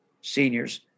seniors